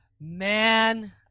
man